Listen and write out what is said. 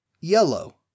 Yellow